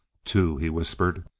two, he whispered.